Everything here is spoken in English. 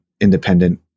independent